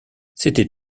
c’était